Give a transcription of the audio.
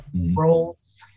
Roles